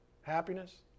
happiness